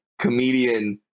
comedian